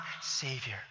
Savior